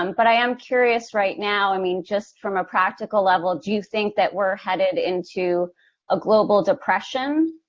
um but i am curious right now, i mean just from a practical level, do you think that we're headed into a global depression?